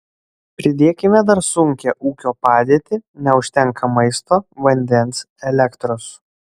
pridėkime dar sunkią ūkio padėtį neužtenka maisto vandens elektros